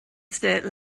state